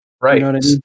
Right